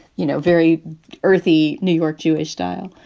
you know, very earthy new york jewish style